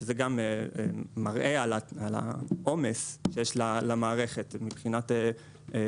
שזה גם מראה על העומס שיש למערכת מבחינת ביקוש